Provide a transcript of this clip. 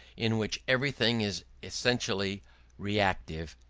in which everything is essentially reactive,